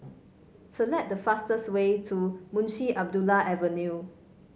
select the fastest way to Munshi Abdullah Avenue